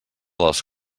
les